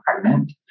pregnant